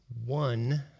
One